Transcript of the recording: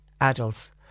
adults